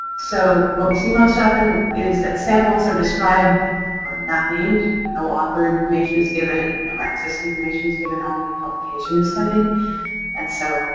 so what we see most often is that samples are described or not named, no author information is given, no access information is given, only publication is cited and so